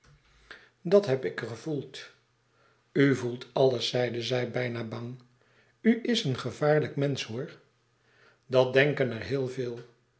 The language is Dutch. dat heb ik gevoeld u voelt alles zeide zij bijna bang u is een gevaarlijk mensch hoor dat denken er heel veel